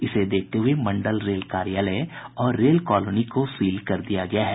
इसे देखते हुए मंडल रेल कार्यालय और रेल कॉलोनी को सील कर दिया गया है